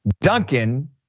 Duncan